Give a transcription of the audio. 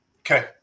okay